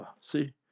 See